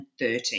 2013